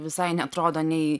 visai neatrodo nei